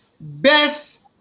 Best